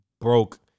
broke